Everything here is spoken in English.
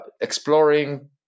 exploring